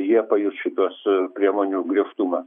jie pajus šituos priemonių griežtumą